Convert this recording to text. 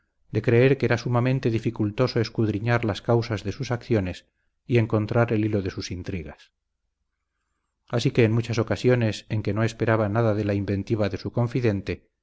de creer que era sumamente dificultoso escudriñar las causas de sus acciones y encontrar el hilo de sus intrigas así que en muchas ocasiones en que no esperaba nada de la inventiva de su confidente